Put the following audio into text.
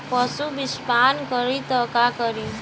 पशु विषपान करी त का करी?